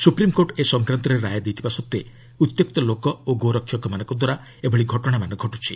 supreme court ଏ ସଂକ୍ରାନ୍ତରେ ରାୟ ଦେଇଥିବା ସତ୍ତ୍ୱେ ଉତ୍ତ୍ୟକ୍ତ ଲୋକ ଓ ଗୋରକ୍ଷକମାନଙ୍କଦ୍ୱାରା ଏଭଳି ଘଟଣାମାନ ଘଟୁଛି